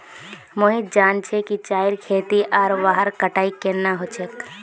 मोहित जान छ कि चाईर खेती आर वहार कटाई केन न ह छेक